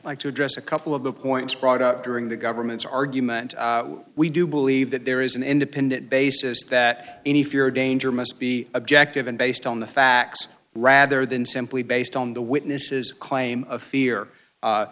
i to address a couple of the points brought up during the government's argument we do believe that there is an independent basis that any fear danger must be objective and based on the facts rather than simply based on the witnesses claim of fear